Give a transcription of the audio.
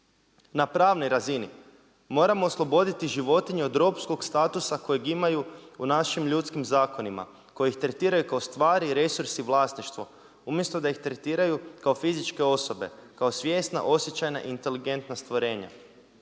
Na pravnoj razini, moramo osloboditi životinje od ropskog statusa kojeg imaju u našim ljudskim zakonima, koji ih tretiraju kao stvari i resursi, vlasništvu, umjesto da ih tretiraju kao fizičke osobe, kao svjestan osjećajna i inteligentna stvorenja.